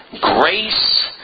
grace